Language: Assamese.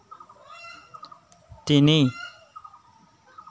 তিনি